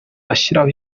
ashyiraho